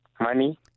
Money